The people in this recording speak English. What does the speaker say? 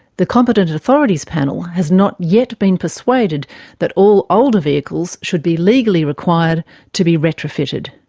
the competent authorities panel has not yet been persuaded that all older vehicles should be legally required to be retrofitted.